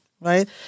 Right